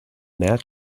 nat